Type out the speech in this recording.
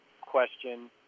question